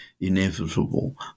inevitable